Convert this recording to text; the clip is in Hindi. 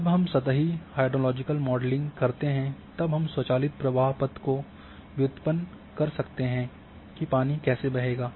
जब हम सतही हाइड्रोलॉजिकल मॉडलिंग करते हैं तब हम स्वचालित प्रवाह पथ को वयुत्पन्न कर सकते हैं कि पानी कैसे बहेगा